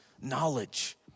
knowledge